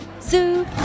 Zoo